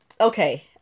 Okay